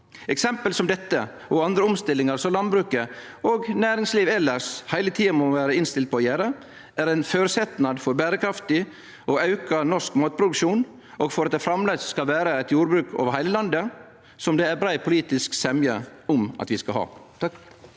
Eksempel som dette og andre omstillingar som landbruket og næringslivet elles heile tida må vere innstilte på å gjere, er ein føresetnad for berekraftig og auka norsk matproduksjon og for at det framleis skal vere eit jordbruk over heile landet, noko det er brei politisk semje om at vi skal ha.